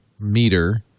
meter